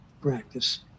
practice